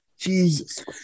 Jesus